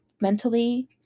mentally